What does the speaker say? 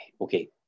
okay